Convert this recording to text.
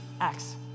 Acts